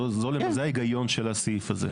זה ההיגיון של הסעיף הזה.